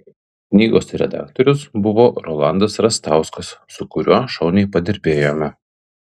knygos redaktorius buvo rolandas rastauskas su kuriuo šauniai padirbėjome